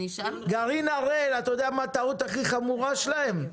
גרעין הראל, אתה יודע מה הטעות הכי חמורה שלהם?